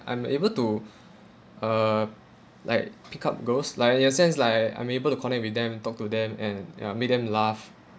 I am able to uh like pick up girls like in a sense like I'm able to connect with them and talk to them and ya make them laugh